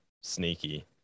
sneaky